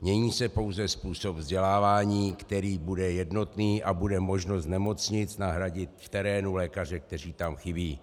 Mění se pouze způsob vzdělávání, který bude jednotný, a bude možnost z nemocnic nahradit v terénu lékaře, kteří tam chybí.